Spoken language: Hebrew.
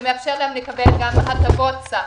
לקבל גם הטבות סחר.